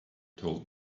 told